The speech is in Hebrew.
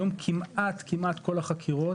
היום כמעט כל החקירות,